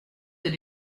elle